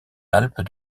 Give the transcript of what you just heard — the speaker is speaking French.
alpes